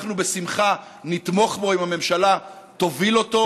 אנחנו נתמוך בו בשמחה אם הממשלה תוביל אותו,